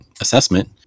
assessment